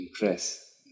impress